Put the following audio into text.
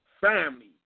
family